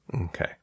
Okay